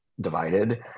divided